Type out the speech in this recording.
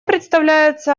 представляется